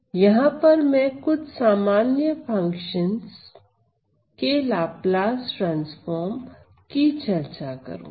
यहां पर मैं कुछ सामान्य फंक्शंस के लाप्लास ट्रांसफार्म की चर्चा करूंगा